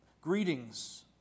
greetings